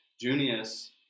Junius